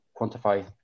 quantify